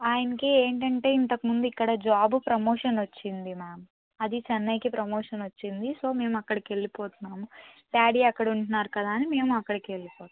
ఆయనకి ఏంటంటే ఇంతకుముందు ఇక్కడ జాబ్ ప్రమోషన్ వచ్చింది మామ్ అది చెన్నైకి ప్రమోషన్ వచ్చింది సో మేము అక్కడికి వెళ్ళిపోతున్నాము డాడి అక్కడుంట్నారు కదా అని మేమూ అక్కడికి వెళ్ళిపోతున్నాము